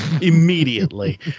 immediately